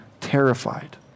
terrified